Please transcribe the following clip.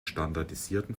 standardisierten